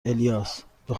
الیاس، به